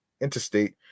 interstate